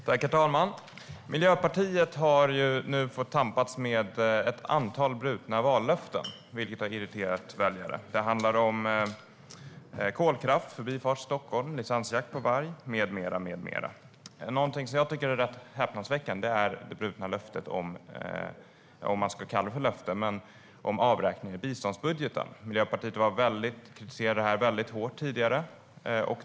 Herr talman! Miljöpartiet har nu fått tampas med ett antal brutna vallöften, vilket har irriterat väljare. Det handlar om kolkraft, Förbifart Stockholm, licensjakt på varg med mera. Någonting som jag tycker är rätt häpnadsväckande är det brutna löftet, om man nu ska kalla det för löfte, om avräkning i biståndsbudgeten. Miljöpartiet kritiserade tidigare det väldigt hårt.